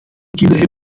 kinderen